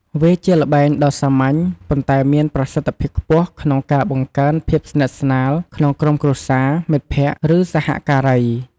វាជាល្បែងដ៏សាមញ្ញ ប៉ុន្តែមានប្រសិទ្ធភាពខ្ពស់ក្នុងការបង្កើនភាពស្និទ្ធស្នាល ក្នុងក្រុមគ្រួសារ មិត្តភក្តិ ឬសហការី។